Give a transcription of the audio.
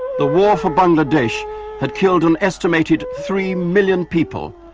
the war for bangladesh had killed an estimated three million people,